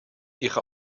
ihre